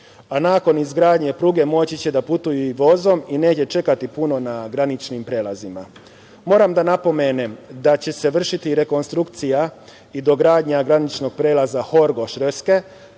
a nakon izgradnje pruge moći će da putuju i vozom i neće čekati puno na graničnim prelazima. Moram da napomenem da će se vršiti rekonstrukcija i dogradnja graničnog prelaza Horgoš-Reske,